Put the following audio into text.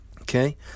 Okay